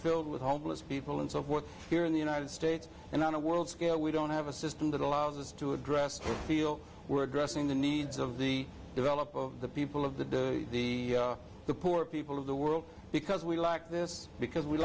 filled with homeless people and so forth here in the united states and on a world scale we don't have a system that allows us to address to feel we're addressing the needs of the developed of the people of the the the poor people of the world because we lack this because we